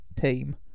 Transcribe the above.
team